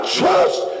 trust